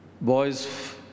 Boy's